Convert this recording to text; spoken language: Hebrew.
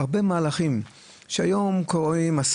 הרבה מהלכים שהיום קוראים עליהם,